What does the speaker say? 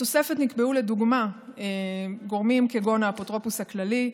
בתוספת נקבעו לדוגמה גורמים כגון האפוטרופוס הכללי,